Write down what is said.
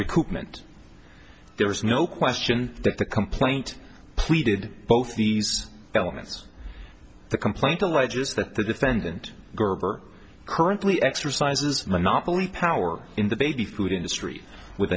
recoupment there is no question that the complaint pleaded both these elements the complaint alleges that the defendant gerber currently exercises monopoly power in the baby food industry with